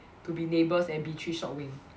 to be neighbours at B three short wing